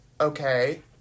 okay